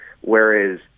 whereas